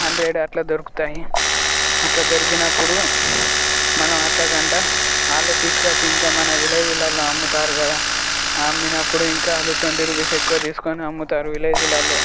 hundred అట్లా దొరుకుతాయి అట్లా దొరికినప్పుడు మనం అట్లా కంటా ఆల్లే తీసుకొచ్చి ఇంక మన విలేజీలల్లో అమ్ముతారు కదా అమ్మినప్పుడు ఇంకా వాళ్ళు ట్వంటీ రూపీస్ ఎక్కువ తీసుకుని అమ్ముతారు విలేజీలల్లో